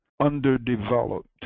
underdeveloped